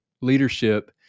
leadership